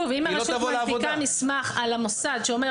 אם הרשות מפיקה מסמך על המוסד שאומר